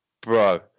bro